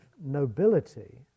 nobility